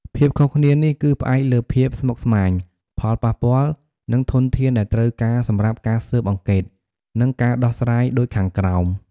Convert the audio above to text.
ភាពខុសគ្នានេះគឺផ្អែកលើភាពស្មុគស្មាញ ផលប៉ះពាល់ និងធនធានដែលត្រូវការសម្រាប់ការស៊ើបអង្កេត និងការដោះស្រាយដូចខាងក្រោម។